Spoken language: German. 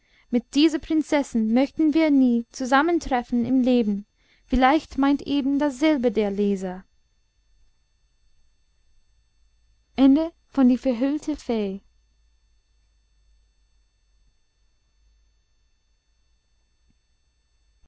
mit dieser prinzessin möchten wir nie zusammentreffen im leben vielleicht meint eben dasselbe der leser